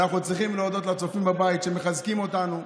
ואנחנו צריכים להודות לצופים בבית שמחזקים אותנו.